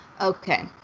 Okay